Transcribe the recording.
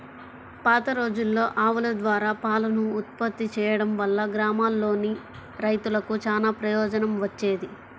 పాతరోజుల్లో ఆవుల ద్వారా పాలను ఉత్పత్తి చేయడం వల్ల గ్రామాల్లోని రైతులకు చానా ప్రయోజనం వచ్చేది